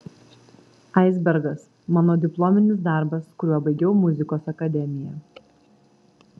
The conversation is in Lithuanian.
aisbergas mano diplominis darbas kuriuo baigiau muzikos akademiją